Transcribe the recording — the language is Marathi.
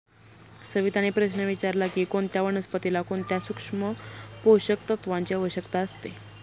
सविताने प्रश्न विचारला की कोणत्या वनस्पतीला कोणत्या सूक्ष्म पोषक तत्वांची आवश्यकता असते?